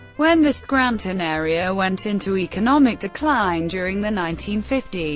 when the scranton area went into economic decline during the nineteen fifty